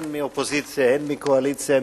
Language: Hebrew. הן מהאופוזיציה והן מהקואליציה,